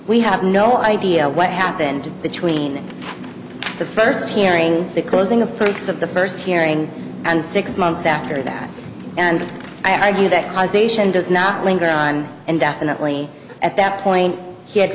we have no idea what happened between the first hearing the closing of ranks of the first hearing and six months after that and i do that causation does not linger on indefinitely at that point he had